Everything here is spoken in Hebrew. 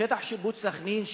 ששטח שיפוט סח'נין,